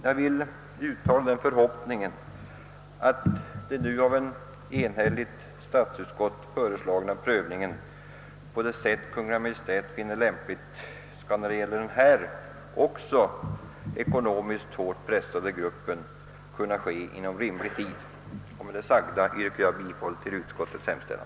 Jag vill uttala den förhoppningen att den nu av ett enhälligt statsutskott föreslagna prövningen på det sätt Kungl. Maj:t finner lämpligt skall för nu ifrågavarande, också ekonomiskt hårt pressade grupp kunna ske inom rimlig tid. Med det sagda ber jag att få yrka bifall till utskottets hemställan.